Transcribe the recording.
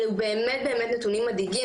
אלה באמת באמת נתונים מדאיגים.